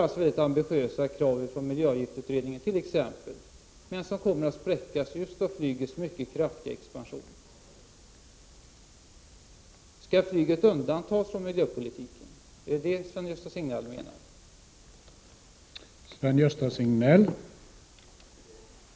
Vi har väldigt ambitiösa krav från t.ex. miljöavgiftsutredningen, vilka kommer att spräckas av just flygets mycket kraftiga expansion. Skall flyget undantas från miljöpolitiken? Menar Sven = Prot. 1989/90:35 Gösta Signell det? 29 november 1989